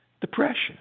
depression